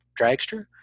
dragster